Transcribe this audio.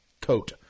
coat